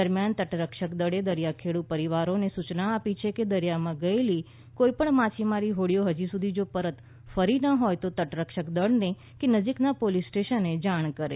દરમ્યાન તટરક્ષક દળે દરિયાખેડૂ પરિવારોને સૂચના આપી છે કે દરિયામાં ગયેલી કોઇ પણ માછીમારી હોડીઓ હજી સુધી જો પરત ફરી ન હોય તો તટરક્ષક દળને કે નજીકના પોલીસ સ્ટેશને જાણ કરે